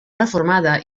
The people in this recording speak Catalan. reformada